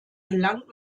gelangt